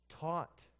taught